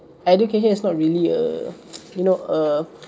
education is not really a you know a